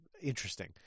interesting